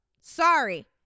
Sorry